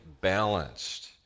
balanced